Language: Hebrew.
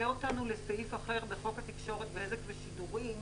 אותנו לסעיף אחר בחוק התקשורת (בזק ושירותים).